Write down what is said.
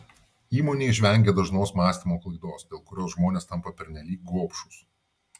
įmonė išvengė dažnos mąstymo klaidos dėl kurios žmonės tampa pernelyg gobšūs